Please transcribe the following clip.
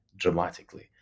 dramatically